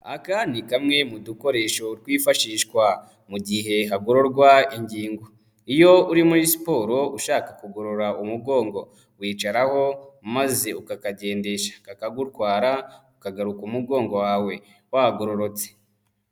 Aka ni kamwe mu dukoresho twifashishwa mu gihe hagororwa ingingo, iyo uri muri siporo ushaka kugorora umugongo, wicaraho maze ukakagendesha kakagutwara ukagaruka umugongo wawe wagororotse.